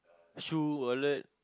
shoe wallet